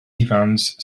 ifans